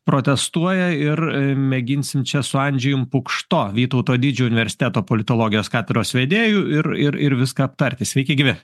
protestuoja ir mėginsim čia su andžejum pukšto vytauto didžiojo universiteto politologijos katedros vedėju ir ir ir viską aptarti sveiki gyvi